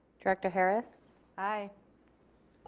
director harris aye.